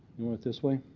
you want it this way?